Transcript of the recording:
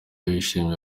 wishimye